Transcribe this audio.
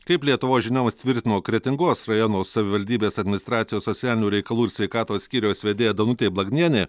kaip lietuvos žinioms tvirtino kretingos rajono savivaldybės administracijos socialinių reikalų ir sveikatos skyriaus vedėja danutė blagnienė